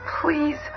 please